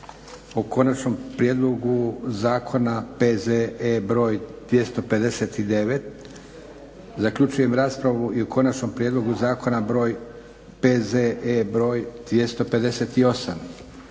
o Konačnom prijedlogu Zakona P.Z.E. br. 259. Zaključujem raspravu i o Konačnom prijedlogu Zakona br. P.Z.E. br. 258.